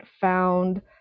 found